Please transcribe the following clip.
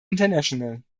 international